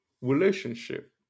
relationship